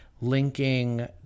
linking